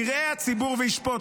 יראה הציבור וישפוט.